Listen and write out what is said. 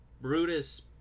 brutus